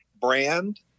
brand